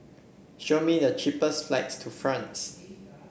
show me the cheapest flights to France